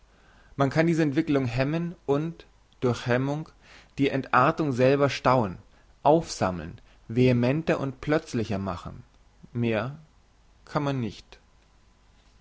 man kann diese entwicklung hemmen und durch hemmung die entartung selber stauen aufsammeln vehementer und plötzlicher machen mehr kann man nicht